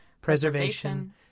preservation